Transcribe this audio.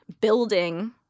building